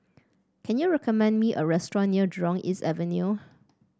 can you recommend me a restaurant near Jurong East Avenue